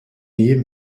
jedem